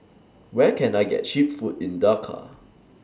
Where Can I get Cheap Food in Dhaka